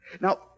Now